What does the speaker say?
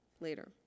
later